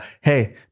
Hey